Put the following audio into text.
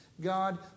God